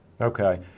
Okay